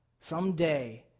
someday